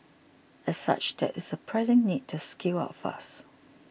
as such there is a pressing need to scale up fast